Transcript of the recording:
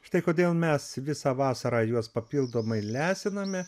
štai kodėl mes visą vasarą juos papildomai lesiname